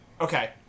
Okay